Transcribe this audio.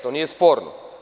To nije sporno.